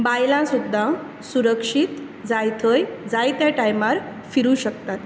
बायलां सुद्दां सुरक्षीत जाय थंय जायत्या टायमार फिरूंक शकतात